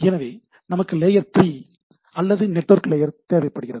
எனவே நமக்கு லேயர் 3 அல்லது நெட்வொர்க் லேயர் தேவைப்படுகிறது